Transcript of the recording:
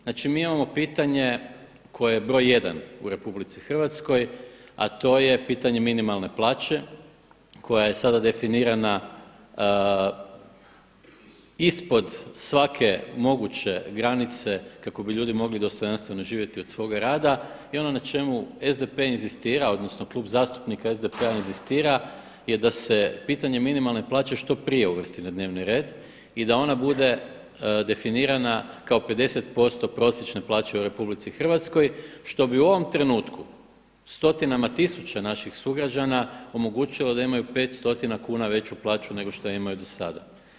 Znači mi imamo pitanje koje je broj jedan u RH, a to je pitanje minimalne plaće koja je sada definirana ispod svake moguće granice kako bi ljudi mogli dostojanstveno živjeti od svoga rada i ono na čemu SDP inzistira odnosno Klub zastupnika SDP-a inzistira je da se pitanje minimalne plaće što prije uvrsti u dnevni red i da ona bude definirana kao 50% prosječne plaće u RH što bi u ovom trenutku stotinama tisuća naših sugrađana omogućilo da imaju 500 kuna veću plaću nego što imaju do sada.